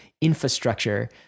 infrastructure